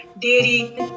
dairy